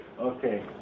Okay